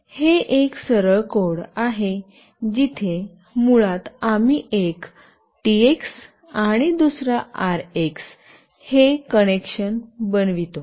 हे एक सरळ कोड आहे जिथे मुळात आम्ही एक टीएक्स आणि दुसरा आरएक्स हे कनेक्शन बनवितो